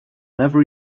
never